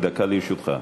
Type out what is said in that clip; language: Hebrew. דקה לרשותך.